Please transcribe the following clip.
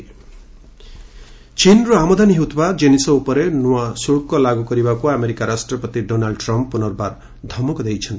Trump ଚୀନ୍ trade ଚୀନ୍ରୁ ଆମଦାନୀ ହେଉଥିବା ଜିନିଷ ଉପରେ ନୂଆ ଶୁଳ୍କ ଲାଗୁ କରିବାକୁ ଆମେରିକା ରାଷ୍ଟ୍ରପତି ଡୋନାଲ୍ଡ୍ ଟ୍ରମ୍ପ୍ ପୁନର୍ବାର ଧମକ ଦେଇଛନ୍ତି